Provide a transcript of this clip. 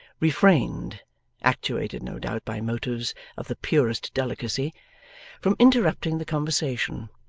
refrained actuated, no doubt, by motives of the purest delicacy from interrupting the conversation,